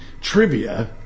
trivia